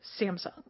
Samsung